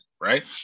Right